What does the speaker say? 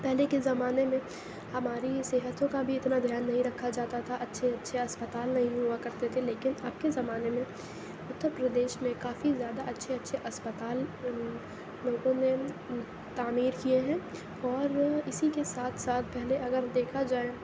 پہلے کے زمانے میں ہماری صحتوں کا بھی اتنا دھیان نہیں رکھا جاتا تھا اچھے اچھے اسپتال نہیں ہُوا کرتے تھے لیکن اب کے زمانے میں اُترپردیش میں کافی زیادہ اچھے اچھے اسپتال لوگوں نے تعمیر کیے ہیں اور وہ اِسی کے ساتھ ساتھ پہلے اگر دیکھا جائے